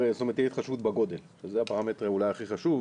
שתהיה התחשבות בגודל, שזה הפרמטר אולי הכי חשוב.